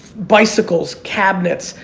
bicycles, cabinets,